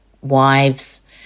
wives